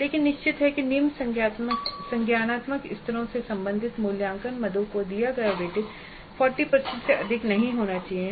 लेकिन निश्चित है कि निम्न संज्ञानात्मक स्तरों से संबंधित मूल्यांकन मदों को दिया गया वेटेज 40 प्रतिशत से अधिक नहीं होना चाहिए